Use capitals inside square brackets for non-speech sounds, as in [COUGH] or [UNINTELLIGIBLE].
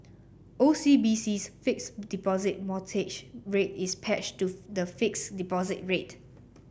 O C B C's Fixed Deposit [UNINTELLIGIBLE] Rate is [UNINTELLIGIBLE] to the fixed deposit rate